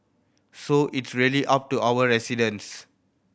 so it's really up to our residents